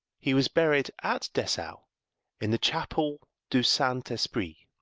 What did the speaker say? he was buried at dessau in the chapel du saint esprit,